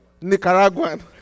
nicaraguan